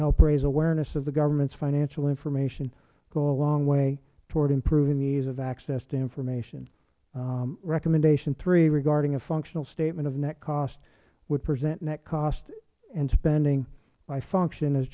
help raise awareness of the governments financial information go a long way toward improving the ease of access to information recommendation three regarding a functional statement of net cost would present net cost and spending by function as